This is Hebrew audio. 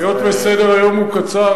היות שסדר-היום הוא קצר,